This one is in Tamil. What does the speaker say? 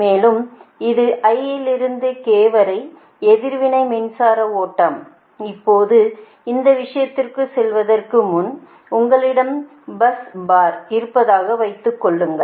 மேலும் இது i இலிருந்து k வரை எதிர்வினை மின்சார ஓட்டம் இப்போது இந்த விஷயத்திற்குச் செல்வதற்கு முன் உங்களிடம் பஸ்பார் இருப்பதாக வைத்துக்கொள்ளுங்கள்